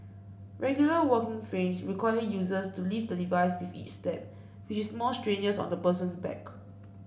regular walking frames require users to lift the device with each step which is more strenuous on the person's back